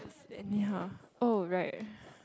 anyhow oh right